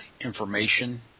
information